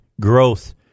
growth